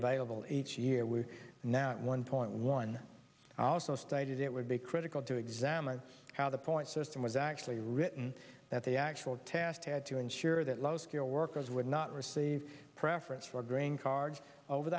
available each year we now at one point one also stated it would be critical to examine how the point system was actually written that the actual task had to ensure that low skill workers would not receive preference for green cards over